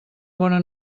bona